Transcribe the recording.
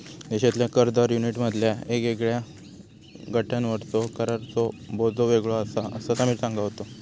देशातल्या कर दर युनिटमधल्या वेगवेगळ्या गटांवरचो कराचो बोजो वेगळो आसा, असा समीर सांगा होतो